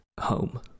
home